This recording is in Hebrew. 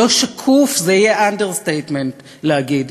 לא שקוף זה יהיה אנדרסטייטמנט להגיד,